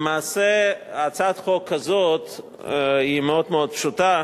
למעשה, הצעת החוק הזאת היא מאוד מאוד פשוטה.